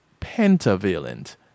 pentavalent